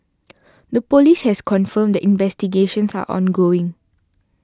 the police has confirmed that investigations are ongoing